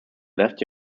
left